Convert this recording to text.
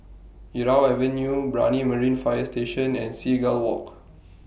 Irau Avenue Brani Marine Fire Station and Seagull Walk